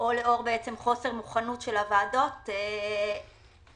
או לאור חוסר מוכנות של הוועדות לקיים